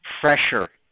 fresher